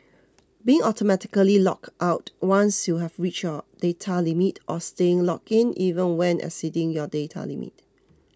being automatically logged out once you've reached your data limit or staying logged in even when exceeding your data limit